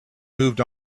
moved